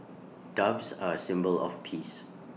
doves are A symbol of peace